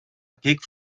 kick